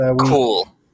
Cool